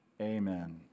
Amen